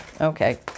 Okay